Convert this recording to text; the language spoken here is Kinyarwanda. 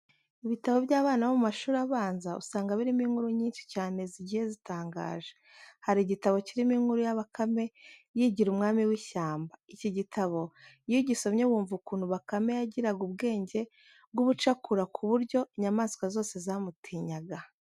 Ibitabo by'abana bo mu mashuri abanza usanga birimo inkuru nyinshi cyane zigiye zitangaje. Hari igitabo kirimo inkuru ya bakame yigira umwami w'ishyamba. Iki gitabo iyo ugisomye wumva ukuntu bakame yagiraga ubwenge bw'ubucakura ku buryo inyamaswa zose zamutinyaga.